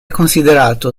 considerato